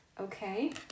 okay